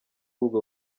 ubwo